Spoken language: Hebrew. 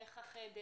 איך החדר,